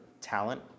talent